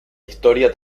historia